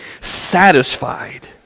satisfied